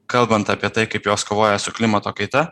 kalbant apie tai kaip jos kovoja su klimato kaita